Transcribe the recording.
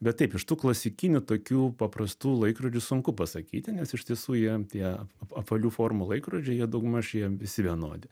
bet taip iš tų klasikinių tokių paprastų laikrodžių sunku pasakyti nes iš tiesų jie tie ap apvalių formų laikrodžiai jie daugmaž jie visi vienodi